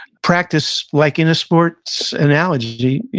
practice like in a sport's analogy,